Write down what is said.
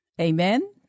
Amen